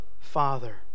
Father